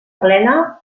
plena